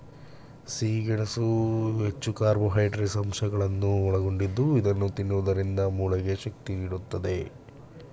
ಸಿಹಿ ಗೆಣಸು ಹೆಚ್ಚು ಕಾರ್ಬೋಹೈಡ್ರೇಟ್ಸ್ ಅಂಶಗಳನ್ನು ಒಳಗೊಂಡಿದ್ದು ಇದನ್ನು ತಿನ್ನೋದ್ರಿಂದ ಮೂಳೆಗೆ ಶಕ್ತಿ ನೀಡುತ್ತದೆ